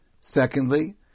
Secondly